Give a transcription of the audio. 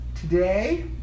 today